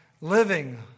living